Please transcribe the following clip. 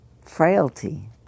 frailty